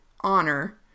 honor